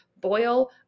boil